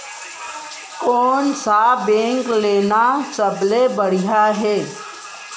कोन स बीमा लेना सबले बढ़िया हे?